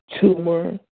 tumor